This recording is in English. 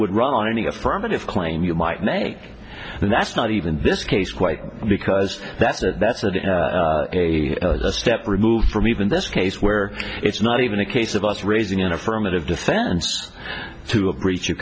would run on any affirmative claim you might make and that's not even this case quite because that's a that's a step removed from even this case where it's not even a case of us raising an affirmative defense to a breach